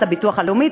את הביטוח הלאומי,